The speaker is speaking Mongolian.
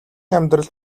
амьдралд